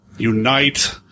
unite